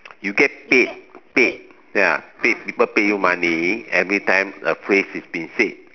you get paid paid ya paid people pay you money every time a phrase is been said